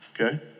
Okay